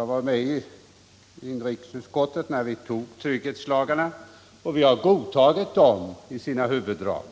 satt med i inrikesutskottet när vi tog trygghetslagarna, och vi har godtagit dem i deras huvuddrag.